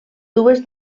dues